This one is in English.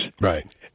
Right